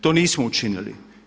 To nismo učinili.